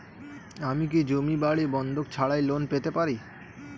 আমি কি জমি বাড়ি বন্ধক ছাড়াই লোন পেতে পারি?